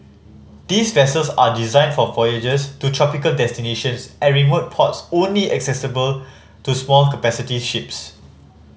these vessels are designed for voyages to tropical destinations and remote ports only accessible to small capacity ships